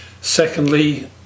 Secondly